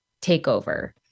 takeover